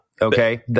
Okay